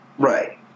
Right